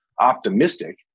optimistic